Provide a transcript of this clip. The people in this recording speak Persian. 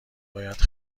باید